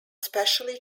specially